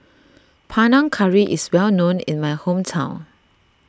Panang Curry is well known in my hometown